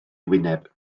wyneb